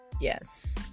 Yes